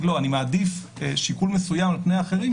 שאני מעדיף שיקול מסוים על פני אחרים